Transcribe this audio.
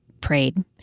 Prayed